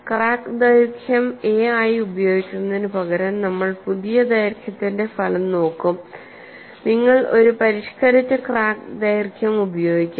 crack ദൈർഘ്യം a ആയി ഉപയോഗിക്കുന്നതിനുപകരം നമ്മൾ പുതിയ ദൈർഘ്യത്തിന്റെ ഫലം നോക്കും നിങ്ങൾ ഒരു പരിഷ്ക്കരിച്ച ക്രാക്ക് ദൈർഘ്യം ഉപയോഗിക്കും